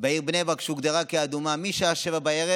בעיר בני ברק, שהוגדרה כאדומה, משעה 19:00,